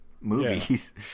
movies